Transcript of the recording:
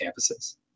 campuses